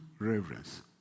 reverence